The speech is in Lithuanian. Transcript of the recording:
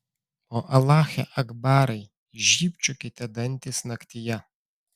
o alache akbarai žybčiokite dantys naktyje